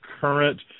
current